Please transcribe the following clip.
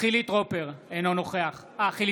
חילי טרופר, נגד